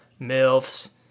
milfs